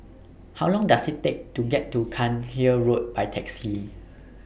How Long Does IT Take to get to Cairnhill Road By Taxi